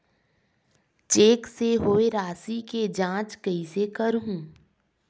Cheque से होए राशि के जांच कइसे करहु?